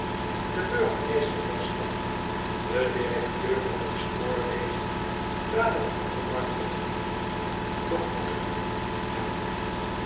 de burgemeester der stad de directeur van het spoorwezen traden othomar tegemoet begroetteden hem